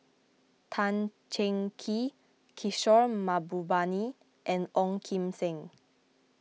Tan Cheng Kee Kishore Mahbubani and Ong Kim Seng